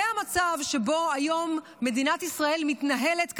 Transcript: זה המצב שבו היום מדינת ישראל מתנהלת קדימה,